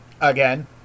again